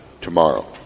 tomorrow